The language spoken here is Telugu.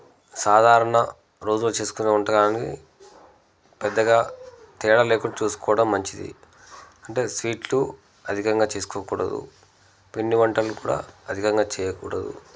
సాధారణ రోజుల్లో చేసుకునే వంటకాలని పెద్దగా తేడా లేకుండా చూసుకోవడం మంచిది అంటే స్వీట్లు అధికంగా చేసుకోకూడదు పిండివంటలు కూడా అధికంగా చేయకూడదు